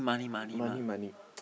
money money